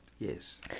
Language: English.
Yes